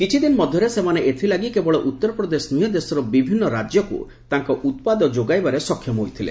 କିଛିଦିନ ମଧ୍ୟରେ ସେମାନେ ଏଥିଲାଗି କେବଳ ଉତ୍ତରପ୍ରଦେଶ ନୁହେଁ ଦେଶର ବିଭିନ୍ନ ରାଜ୍ୟକୁ ତାଙ୍କ ଉତ୍ପାଦ ଯୋଗାଇବାରେ ସକ୍ଷମ ହୋଇଥିଲେ